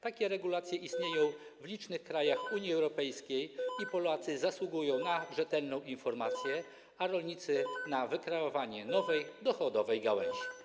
Takie regulacje istnieją w licznych krajach Unii Europejskiej i Polacy zasługują na rzetelną informację, a rolnicy na wykreowanie nowej, dochodowej gałęzi.